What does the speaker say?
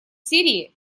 сирии